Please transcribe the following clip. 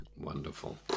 Wonderful